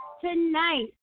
Tonight